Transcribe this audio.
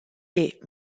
est